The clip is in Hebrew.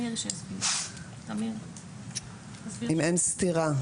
אני תוהה אם אין סתירה.